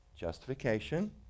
justification